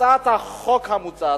הצעת החוק המוצעת,